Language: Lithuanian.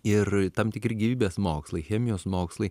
ir tam tikri gyvybės mokslai chemijos mokslai